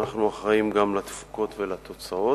אנחנו אחראים גם לתפוקות ולתוצאות,